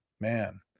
Man